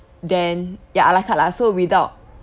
then ya a la carte lah so without